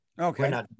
Okay